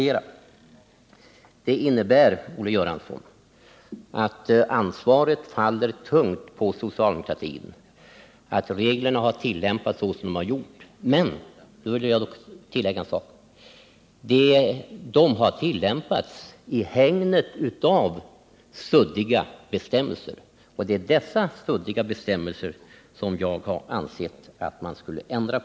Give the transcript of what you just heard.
Det innebär, Olle Göransson, att ansvaret faller tungt på socialdemokratin för att reglerna har tillämpats på det sätt som skett. Men jag vill tillägga en sak: Reglerna har tillämpats i hägnet av suddiga bestämmelser. Det är dessa suddiga bestämmelser som jag har ansett att man skulle ändra.